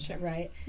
right